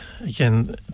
again